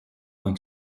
moins